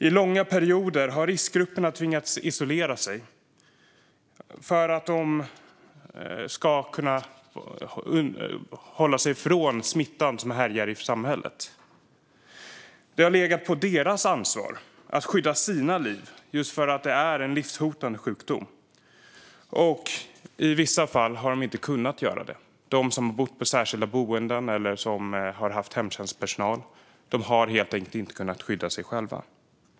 I långa personer har riskgrupperna tvingats isolera sig för att de ska kunna hålla sig från smittan som härjar i samhället. Det har legat på deras ansvar att skydda sina liv just för att det är en livshotande sjukdom, och i vissa fall har de inte kunnat göra det. Det gäller dem som har bott på särskilda boenden eller som har haft hemtjänstpersonal. De har helt enkelt inte kunnat skydda sig själva.